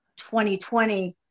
2020